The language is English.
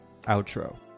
outro